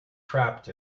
trapped